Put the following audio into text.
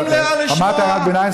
אמרת הערת ביניים,